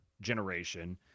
generation